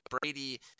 Brady